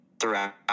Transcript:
throughout